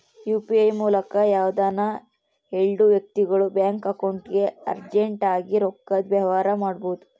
UPI ಮೂಲಕ ಯಾವ್ದನ ಎಲ್ಡು ವ್ಯಕ್ತಿಗುಳು ಬ್ಯಾಂಕ್ ಅಕೌಂಟ್ಗೆ ಅರ್ಜೆಂಟ್ ಆಗಿ ರೊಕ್ಕದ ವ್ಯವಹಾರ ಮಾಡ್ಬೋದು